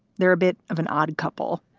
they're a bit of an odd couple.